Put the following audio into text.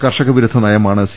കർഷകവിരുദ്ധ നയമാണ് സി